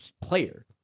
player